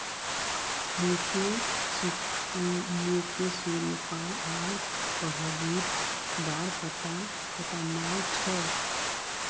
मोक शुल्क आर प्रभावीर बार पता नइ छोक